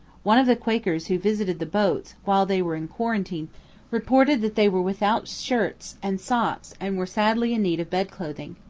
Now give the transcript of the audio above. one of the quakers who visited the boats while they were in quarantine reported that they were without shirts and socks and were sadly in need of bed-clothing.